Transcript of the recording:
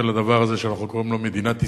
לדבר הזה שאנחנו קוראים לו מדינת ישראל,